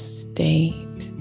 state